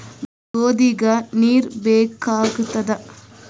ಗೋಧಿಗ ನೀರ್ ಬೇಕಾಗತದ?